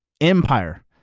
empire